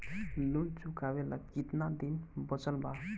Loan चुकावे ला कितना दिन बचल बा?